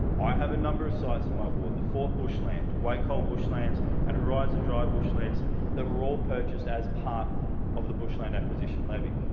i have a number of sites in my ward. the fort bushland, wacol bushlands and horizon drive bushlands that were all purchased as part of the bushland acquisition levy.